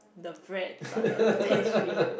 the breads are the pastry